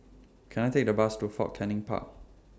Can I Take The Bus to Fort Canning Park